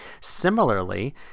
Similarly